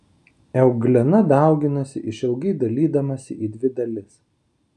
euglena dauginasi išilgai dalydamasi į dvi dalis